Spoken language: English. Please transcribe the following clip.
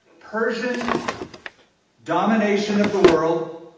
persian domination of the world.